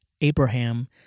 Abraham